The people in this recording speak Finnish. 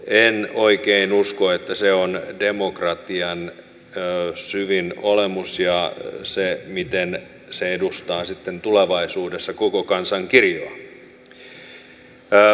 en oikein usko että se on demokratian syvin olemus ja edustaa sitten tulevaisuudessa koko kansan kirjoa